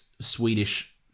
Swedish